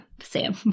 Sam